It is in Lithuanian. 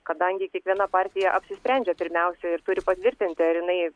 kadangi kiekviena partija apsisprendžia pirmiausia ir turi patvirtinti ar jinai